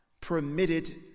permitted